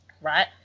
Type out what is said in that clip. right